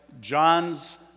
John's